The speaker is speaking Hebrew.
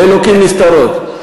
לאלוקים נסתרות.